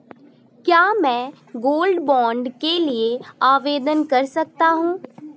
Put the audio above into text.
क्या मैं gold bond के लिए आवेदन कर सकता हूं?